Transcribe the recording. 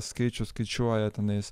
skaičius skaičiuoja tenais